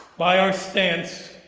by our stance,